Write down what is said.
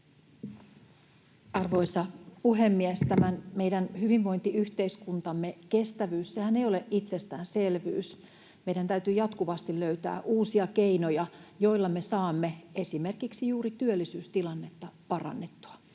Arvoisa puhemies! Tämän meidän hyvinvointiyhteiskuntamme kestävyyshän ei ole itsestäänselvyys. Meidän täytyy jatkuvasti löytää uusia keinoja, joilla me saamme esimerkiksi juuri työllisyystilannetta parannettua.